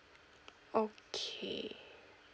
okay